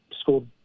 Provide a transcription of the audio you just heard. school